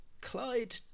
clyde